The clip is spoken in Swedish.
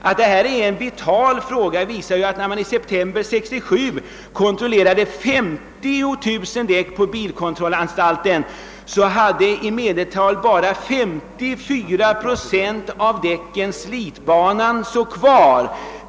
Att detta är en vital fråga framgår av att av 50 000 däck som under en tidsperiod kontrollerades i september 1967 i medeltal endast 54 procent hade slitbanan kvar.